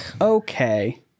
Okay